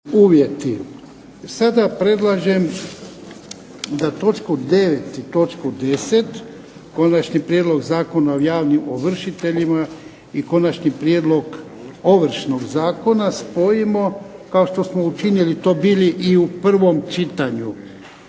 I sada predlažem da točku 9. i točku 10. Konačni prijedlog Zakona o javnim ovršiteljima i Konačni prijedlog Ovršnog zakona spojimo kao što smo učinili to bili i u prvom čitanju.